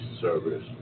service